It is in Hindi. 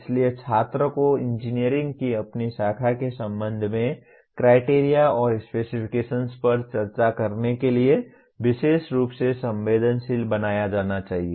इसलिए छात्र को इंजीनियरिंग की अपनी शाखा के संबंध में क्राइटेरिया और स्पेसिफिकेशन्स पर चर्चा करने के लिए विशेष रूप से संवेदनशील बनाया जाना चाहिए